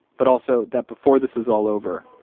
but also that before this is all over,